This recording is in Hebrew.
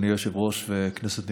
אדוני היושב-ראש, כנסת נכבדה,